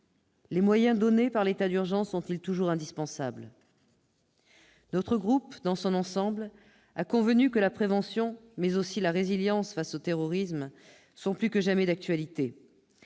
Les moyens donnés par l'état d'urgence sont-ils toujours indispensables ? Notre groupe, dans son ensemble, est convenu que la prévention mais aussi la résilience face au terrorisme sont plus que jamais d'actualité.